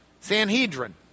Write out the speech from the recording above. Sanhedrin